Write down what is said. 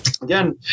Again